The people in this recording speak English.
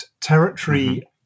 territory